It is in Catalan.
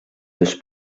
dos